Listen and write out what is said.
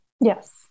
yes